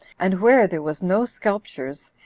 and where there was no sculptures,